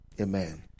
Amen